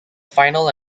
final